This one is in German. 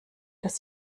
dass